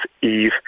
Eve